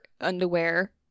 underwear